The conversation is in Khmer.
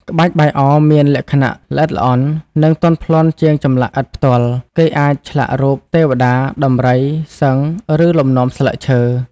ក្បាច់បាយអរមានលក្ខណៈល្អិតល្អន់ និងទន់ភ្លន់ជាងចម្លាក់ឥដ្ឋផ្ទាល់ គេអាចឆ្លាក់រូប ទេវតា ដំរី សិង្ហ ឬលំនាំស្លឹកឈើ។